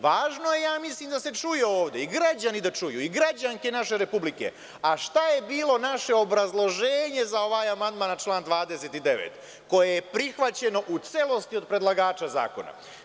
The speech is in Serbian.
Važno je da se čuje ovde i građani da čuju i građanke naše Republike, a šta je bilo naše obrazloženje za ovaj amandman na član 29. koje je prihvaćeno u celosti od predlagača zakona.